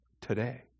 today